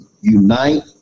unite